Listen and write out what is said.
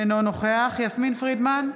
אינו נוכח יסמין פרידמן,